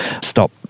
stop